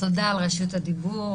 תודה על רשות הדיבור.